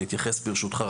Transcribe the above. ברשותך,